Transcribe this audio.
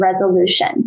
resolution